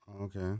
Okay